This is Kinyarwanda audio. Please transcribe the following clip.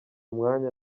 umwanya